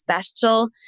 special